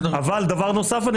בנוסף,